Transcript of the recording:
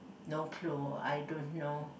no clue I don't know